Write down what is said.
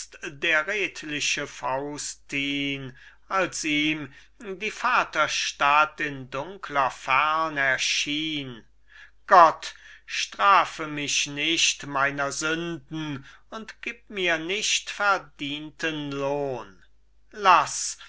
der redliche faustin als ihm die vaterstadt in dunkler fern erschien gott strafe mich nicht meiner sünden und gib mir nicht verdienten lohn